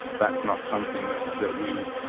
that's not something that that we